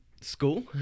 school